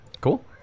Cool